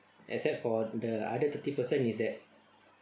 except for the other thirty percent is that